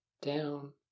down